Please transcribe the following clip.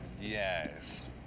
Yes